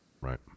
Right